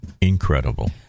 incredible